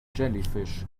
jellyfish